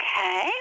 Okay